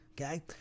okay